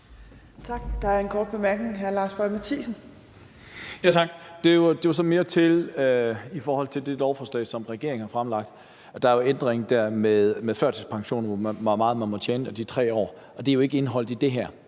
Det var i forhold til det lovforslag, som regeringen har fremsat. Der er der jo en ændring med førtidspensionen dér, og hvor meget man må tjene, og de 3 år, og det er jo ikke indeholdt i det her.